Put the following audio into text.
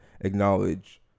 acknowledge